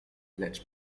lecz